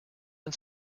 and